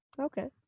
Okay